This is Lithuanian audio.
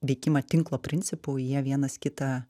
veikimą tinklo principu jie vienas kitą